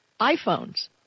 iPhones